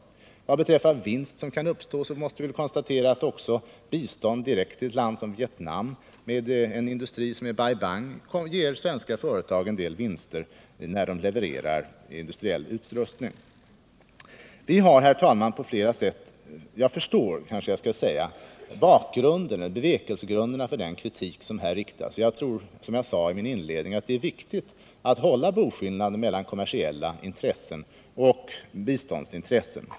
Vad beträffar vinst som kan uppstå måste vi konstatera att också bidrag direkt till ett land som Vietnam, med en industri som Bai Bang, ger svenska företag en del vinster när de levererar industriell utrustning. Jag förstår bevekelsegrunden till den kritik som här framförs, och jag tror, som jag sade i min inledning, att det är viktigt att göra boskillnad mellan kommersiella intressen och biståndsintressen.